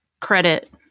credit